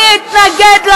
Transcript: חבר הכנסת פורר,